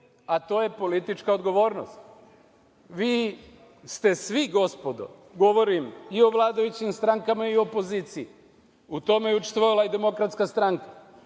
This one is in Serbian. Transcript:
a to je politička odgovornost. Vi ste svi gospodo, govorim i o vladajućim strankama i opoziciji, u tome je učestvovala i DS, 2012.